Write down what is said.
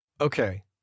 Okay